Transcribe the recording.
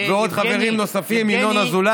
ועוד חברים נוספים: ינון אזולאי,